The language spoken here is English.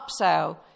upsell